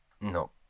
No